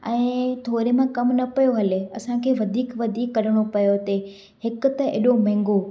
ऐं थोरे मां कमु न पियो हले असांखे वधीक वधीक कढिणो पियो हिते हिकु त एॾो महांगो